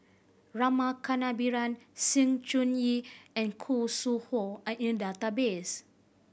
Rama Kannabiran Sng Choon Yee and Khoo Sui Hoe are in the database